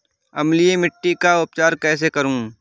अम्लीय मिट्टी का उपचार कैसे करूँ?